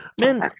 Men